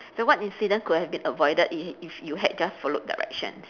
so what incident could have been avoided if if you had just followed directions